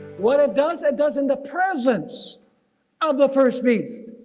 what it does it does in the presence of the first beast,